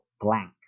blank